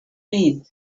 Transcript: need